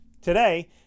today